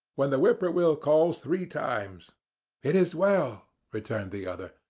when the whip-poor-will calls three times it is well, returned the other.